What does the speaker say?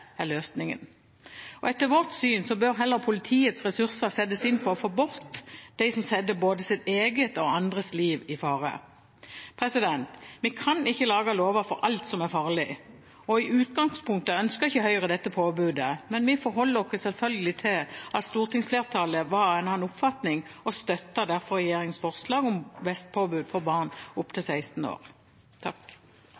løsningen. Etter vårt syn bør heller politiets ressurser settes inn på å få bort dem som setter både eget og andres liv i fare. Vi kan ikke lage lover for alt som er farlig. I utgangspunktet ønsker ikke Høyre dette påbudet, men vi forholder oss selvfølgelig til at stortingsflertallet var av en annen oppfatning og støtter derfor regjeringens forslag om vestpåbud for barn opp til 16 år.